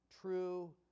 true